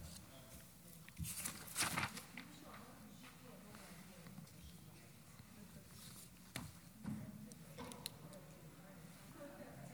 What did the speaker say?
ההצעה